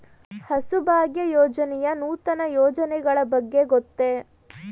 ಹಸುಭಾಗ್ಯ ಯೋಜನೆಯ ನೂತನ ಯೋಜನೆಗಳ ಬಗ್ಗೆ ಗೊತ್ತೇ?